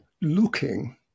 looking